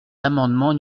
l’amendement